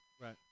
Right